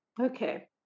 Okay